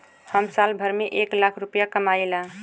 हम साल भर में एक लाख रूपया कमाई ला